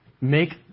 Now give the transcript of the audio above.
make